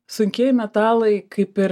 sunkieji metalai kaip ir